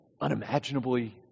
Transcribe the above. unimaginably